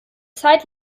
zeit